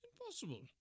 Impossible